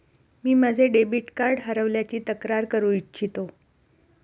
मी माझे debit card हरवल्याची तक्रार करू इच्छितो